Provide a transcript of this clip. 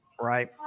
Right